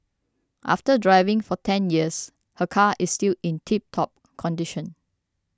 after driving for ten years her car is still in tiptop condition